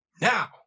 Now